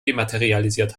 dematerialisiert